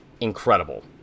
incredible